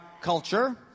culture